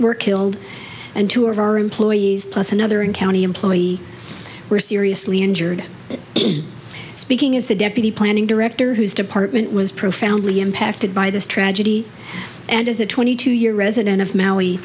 were killed and two of our employees plus another in county employee were seriously injured speaking as the deputy planning director whose department was profoundly impacted by this tragedy and as a twenty two year resident of maui